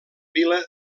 vila